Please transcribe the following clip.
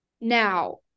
Now